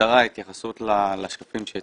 אני